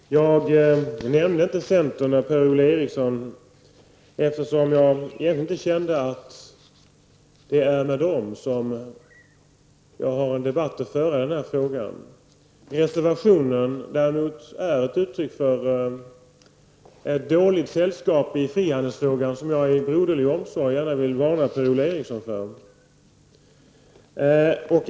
Fru talman! Jag nämnde inte centern, Per-Ola Eriksson, eftersom jag kände att det inte är med dem som jag har en debatt att föra i den här frågan. Reservationen är däremot ett uttryck för dåligt sällskap i frihandelsfrågan, vilket jag i broderlig omsorg gärna vill varna Per-Ola Eriksson för.